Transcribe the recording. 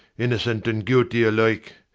innocent and guilty alike.